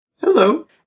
hello